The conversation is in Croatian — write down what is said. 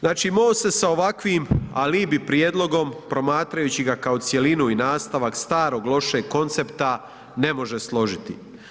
Znači MOST se sa ovakvim alibi prijedlogom promatrajući ga kao cjelinu i nastavak starog lošeg koncepta ne može složiti.